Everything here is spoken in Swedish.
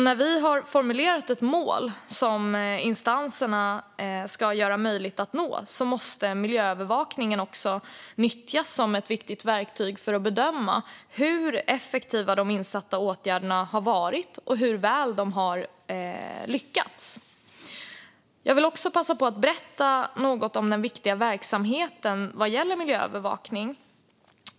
När vi har formulerat ett mål som instanserna ska möjliggöra att nå måste miljöövervakningen nyttjas som ett viktigt verktyg för att vi ska kunna bedöma hur effektiva de insatta åtgärderna har varit och hur väl de har lyckats. Jag vill passa på och berätta något om den viktiga verksamheten inom miljöövervakningen.